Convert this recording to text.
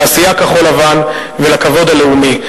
לתעשייה כחול-לבן ולכבוד הלאומי.